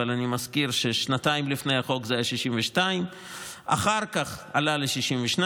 אבל אני מזכיר ששנתיים לפני החוק זה היה 62%; אחר כך עלה ל-62%,